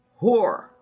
whore